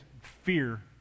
fear